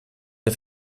der